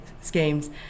schemes